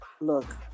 look